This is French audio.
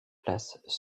places